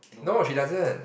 no she doesn't